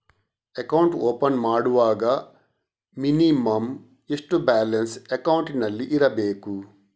Account open ಮಾಡುವಾಗ minimum ಎಷ್ಟು balance ಅಕೌಂಟಿನಲ್ಲಿ ಇರಬೇಕು?